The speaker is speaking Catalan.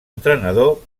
entrenador